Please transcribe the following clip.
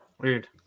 Weird